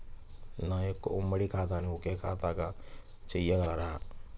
నా యొక్క ఉమ్మడి ఖాతాను ఒకే ఖాతాగా చేయగలరా?